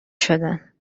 شدن